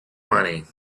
money